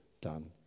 done